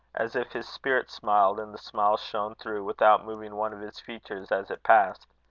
as if his spirit smiled and the smile shone through without moving one of his features as it passed.